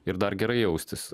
ir dar gerai jaustis